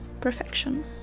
Perfection